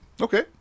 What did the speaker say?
Okay